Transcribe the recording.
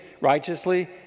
righteously